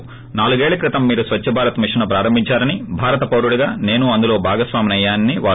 నాలుగేళ్ల క్రితం మీరు స్వచ్చబారత్ మిషన్ను ప్రారంభిందారని భారత పౌరుడిగా నేనూ అందులో భాగస్వామినయ్యానని అన్సారు